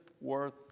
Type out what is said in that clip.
worth